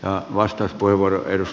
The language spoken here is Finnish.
arvoisa herra puhemies